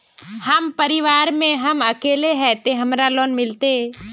हम परिवार में हम अकेले है ते हमरा लोन मिलते?